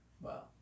wow